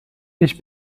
ich